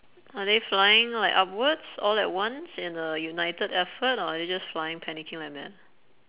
are they flying like upwards all at once in a united effort or are they just flying panicking like mad